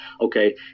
okay